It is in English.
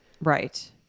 Right